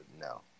no